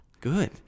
Good